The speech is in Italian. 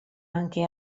anche